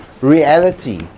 reality